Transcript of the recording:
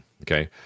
Okay